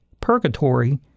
purgatory